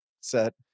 set